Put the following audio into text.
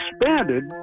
expanded